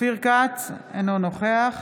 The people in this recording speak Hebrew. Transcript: אינו נוכח